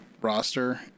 roster